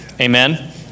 Amen